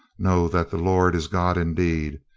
know that the lord is god indeed,